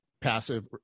passive